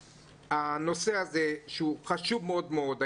הנושא הזה הוא חשוב מאוד מאוד.